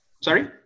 sorry